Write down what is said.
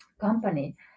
company